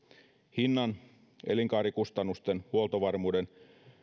hinnan elinkaarikustannusten huoltovarmuuden